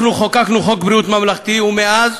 אנחנו חוקקנו חוק ביטוח בריאות ממלכתי, ומאז